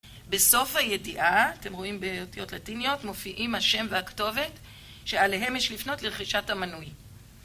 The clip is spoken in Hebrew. בסוף הידיעה, אתם רואים באותיות לטיניות, מופיעים השם והכתובת שאליהם יש לפנות לרכישת המנוי.